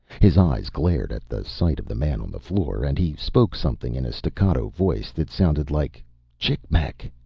his eyes glared at the sight of the man on the floor, and he spoke something in a staccato voice that sounded like chicmec!